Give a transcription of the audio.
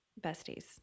besties